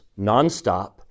nonstop